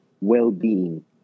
well-being